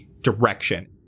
direction